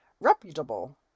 reputable